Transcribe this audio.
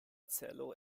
celo